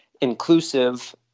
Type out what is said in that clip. inclusive